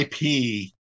IP